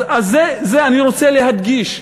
את זה אני רוצה להדגיש,